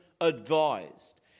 advised